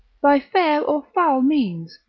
by fair or foul means,